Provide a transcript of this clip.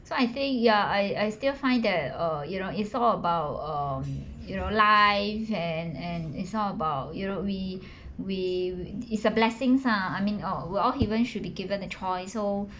so I think ya I I still find that err you know it's all about um you know life and and it's all about you know we we is a blessing ah I mean we're all human should be given a choice so